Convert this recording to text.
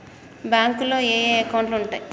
బ్యాంకులో ఏయే అకౌంట్లు ఉంటయ్?